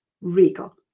regal